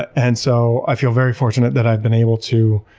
and so i feel very fortunate that i've been able to